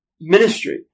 ministry